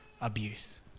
abuse